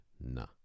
Nah